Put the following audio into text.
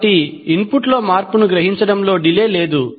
కాబట్టి ఇన్పుట్ లో మార్పును గ్రహించడంలో డిలే లేదు